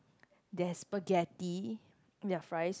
there's spaghetti they have rice